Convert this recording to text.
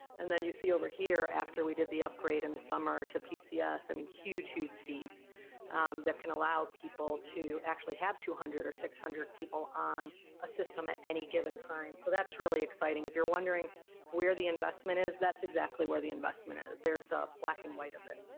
and then you see over here, after we did the upgrade in the summer, to pcs, i mean huge, huge speeds that can allow people to actually have two hundred or six hundred people on a system at any given time. so that's really exciting. if you're wondering where the investment is, that's exactly where the investment is. there's the black and white of it.